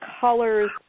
colors